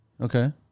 Okay